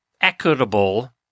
equitable